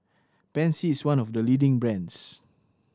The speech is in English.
pansy is one of the leading brands